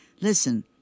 Listen